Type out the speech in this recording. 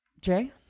Jay